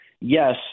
yes